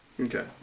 okay